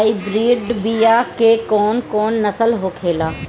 Hybrid बीया के कौन कौन नस्ल होखेला?